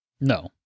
No